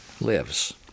lives